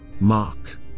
mark